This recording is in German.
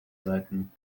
seiten